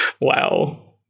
Wow